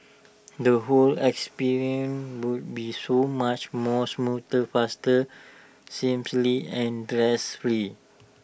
the whole experience would be so much more smoother faster and free